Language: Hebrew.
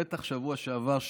בטח בשבוע שעבר,